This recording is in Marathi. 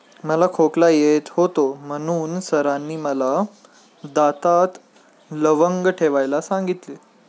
मला खोकला येत होता म्हणून सरांनी मला दातात लवंग ठेवायला सांगितले